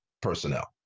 personnel